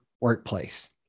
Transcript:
workplace